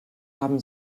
haben